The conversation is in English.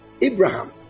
Abraham